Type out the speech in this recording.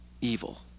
evil